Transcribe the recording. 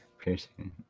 piercing